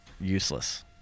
useless